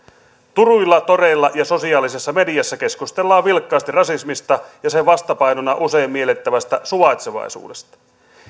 turuilla toreilla ja sosiaalisessa mediassa keskustellaan vilkkaasti rasismista ja sen vastapainoksi usein miellettävästä suvaitsevaisuudesta